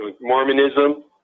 Mormonism